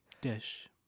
Dish